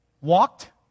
walked